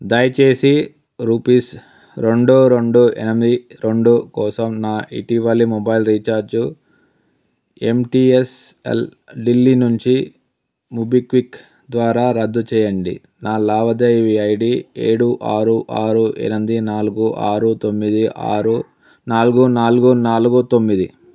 దయచేసి రూపీస్ రెండు రెండు ఎనిమిది రెండు కోసం నా ఇటీవలి మొబైల్ రీఛార్జు ఎంటీఎస్ఎల్ ఢిల్లీ నుంచి మొబిక్విక్ ద్వారా రద్దు చేయండి నా లావాదేవీ ఐడీ ఏడు ఆరు ఆరు ఎనమిది నాలుగు ఆరు తొమ్మిది ఆరు నాలుగు నాలుగు నాలుగు తొమ్మిది